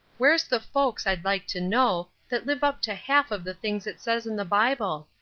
where's the folks, i'd like to know, that live up to half of the things it says in the bible?